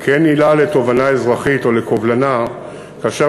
כי אין עילה לתובענה אזרחית או לקובלנה כאשר